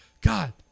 God